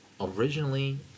originally